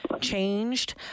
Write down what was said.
changed